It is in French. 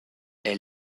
est